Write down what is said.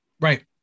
right